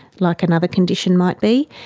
like another condition might be.